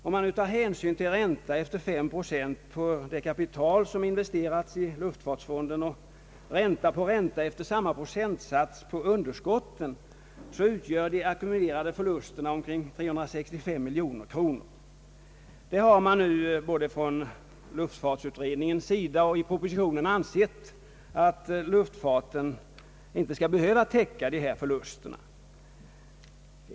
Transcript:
Om man räknar ränta efter fem procent på det kapital som investerats i luftfartsfonden liksom på underskotten utgör de ackumulerade förlusterna omkring 365 miljoner. Från luftfartsutredningens sida och i propositionen har man ansett, att luftfarten inte skall behöva täcka dessa förluster.